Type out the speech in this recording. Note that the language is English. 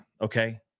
okay